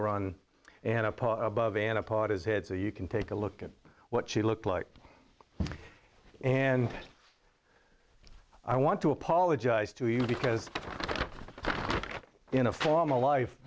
iran and up above and a part is head so you can take a look at what she looked like and i want to apologize to you because in a formal life